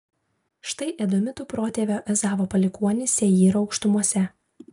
štai edomitų protėvio ezavo palikuonys seyro aukštumose